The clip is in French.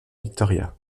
victoria